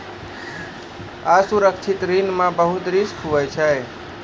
असुरक्षित ऋण मे बहुते रिस्क हुवै छै